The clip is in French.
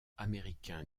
américain